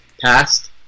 passed